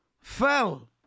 fell